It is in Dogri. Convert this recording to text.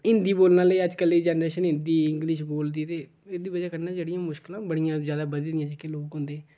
हिंदी बोलने आह्ले अज्जकल्लै दी जनरेशन हिंदी इंग्लिश बोलदी ते एह्दी बजह् कन्नै जेह्ड़ियां मुश्कलां बड़ियां ज्यादा बधी दियां जेह्के लोक होंदे